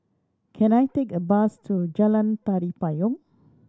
can I take a bus to Jalan Tari Payong